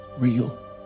Real